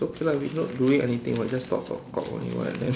so okay lah we're not doing anything what just talk talk talk only [what] then